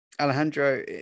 Alejandro